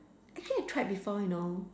actually I tried before you know